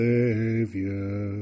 Savior